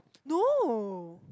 no